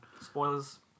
Spoilers